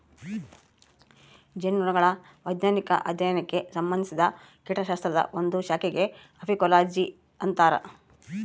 ಜೇನುನೊಣಗಳ ವೈಜ್ಞಾನಿಕ ಅಧ್ಯಯನಕ್ಕೆ ಸಂಭಂದಿಸಿದ ಕೀಟಶಾಸ್ತ್ರದ ಒಂದು ಶಾಖೆಗೆ ಅಫೀಕೋಲಜಿ ಅಂತರ